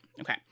Okay